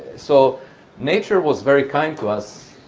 so nature was very kind to us,